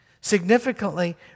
Significantly